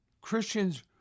Christians